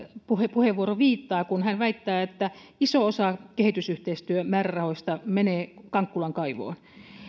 puheenvuoro viittaa kun hän väittää että iso osa kehitysyhteistyömäärärahoista menee kankkulan kaivoon